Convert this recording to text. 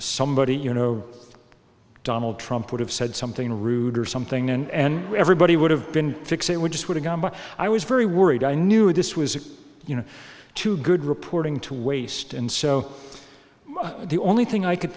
somebody you know donald trump would have said something rude or something and everybody would have been fixed it would just would've gone but i was very worried i knew this was you know too good reporting to waste and so the only thing i could